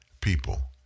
people